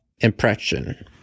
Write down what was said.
impression